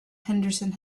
henderson